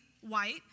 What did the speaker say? white